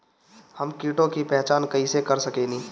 हम कीटों की पहचान कईसे कर सकेनी?